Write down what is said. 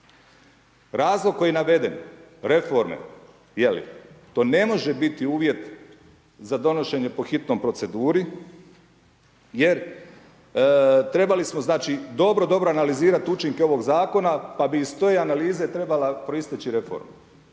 Razlog koji je naveden, reforme, je li, to ne može biti uvjet za donošenje po hitnoj proceduri, jer trebali smo znači dobro dobro analizirati učinke ovog zakona, pa bi iz te analize trebala proisteći reforma